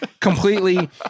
completely